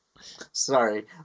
Sorry